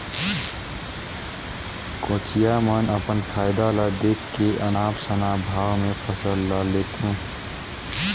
कोचिया मन अपन फायदा ल देख के अनाप शनाप भाव में फसल ल लेथे